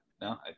no